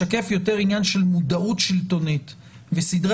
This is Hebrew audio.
משקף יותר עניין של מודעות שלטונית וסדרי